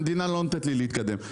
המדינה לא נותנת לי להתקדם.